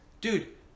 dude